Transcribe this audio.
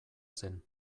zen